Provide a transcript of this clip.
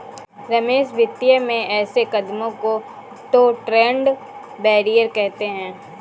रमेश वित्तीय में ऐसे कदमों को तो ट्रेड बैरियर कहते हैं